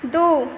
दू